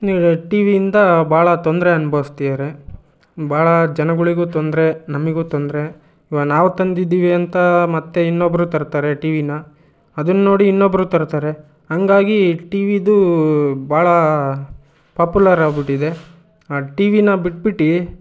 T ವಿಯಿಂದ ಭಾಳ ತೊಂದರೆ ಅನ್ಭವ್ಸ್ತಿದಾರೆ ಭಾಳ ಜನಗಳಿಗೂ ತೊಂದರೆ ನಮಗೂ ತೊಂದರೆ ಇವಾಗ ನಾವು ತಂದಿದ್ದೀವಿ ಅಂತ ಮತ್ತೆ ಇನ್ನೊಬ್ಬರು ತರ್ತಾರೆ ಟಿ ವಿನ ಅದನ್ನೋಡಿ ಇನ್ನೊಬ್ಬರು ತರ್ತಾರೆ ಹಂಗಾಗಿ ಟಿ ವಿದು ಭಾಳ ಪಾಪ್ಪುಲರ್ ಆಗ್ಬಿಟ್ಟಿದೆ ಆ ಟಿ ವಿನ ಬಿಟ್ಬಿಟ್ಟು